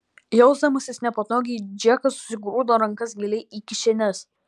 jausdamasis nepatogiai džekas susigrūdo rankas giliai į kišenes